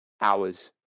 hours